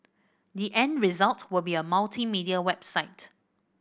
the end result will be a multimedia website